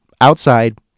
outside